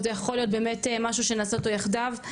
זה יכול להיות באמת משהו שנעשה אותו יחדיו,